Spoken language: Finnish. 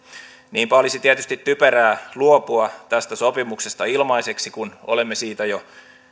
niinpä olisi tietysti typerää luopua tästä sopimuksesta ilmaiseksi kun olemme siitä jo